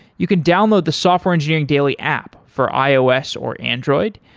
you can download the software engineering daily app for ios or android.